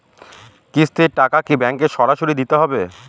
কিস্তির টাকা কি ব্যাঙ্কে সরাসরি দিতে হবে?